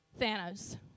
Thanos